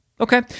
Okay